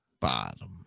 Bottom